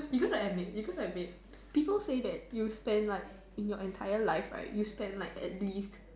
because I have maid because I have maid people say that you spent like in your entire life right you spent like at least